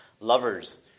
lovers